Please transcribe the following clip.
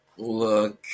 Look